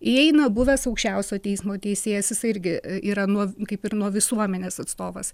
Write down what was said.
įeina buvęs aukščiausiojo teismo teisėjas jisai irgi yra nuo kaip ir nuo visuomenės atstovas